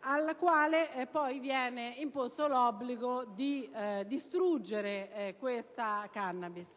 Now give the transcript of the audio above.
al quale viene poi imposto l'obbligo di distruggere questa *cannabis*.